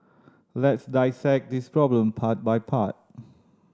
let's dissect this problem part by part